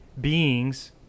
beings